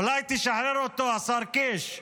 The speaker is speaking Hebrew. אולי תשחרר אותו, השר קיש?